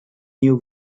new